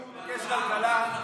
אני רוצה לוועדת הכלכלה.